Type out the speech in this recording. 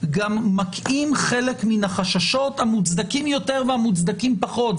גם מקהים חלק מן החששות המוצדקים יותר והמוצדקים פחות,